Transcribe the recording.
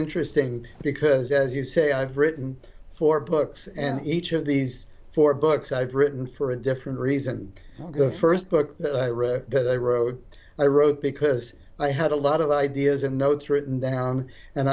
interesting because as you say i've written four books and each of these four books i've written for a different reason the st book i wrote i wrote because i had a lot of ideas and notes written down and